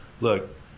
look